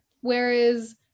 whereas